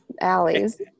alleys